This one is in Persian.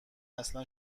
اصلا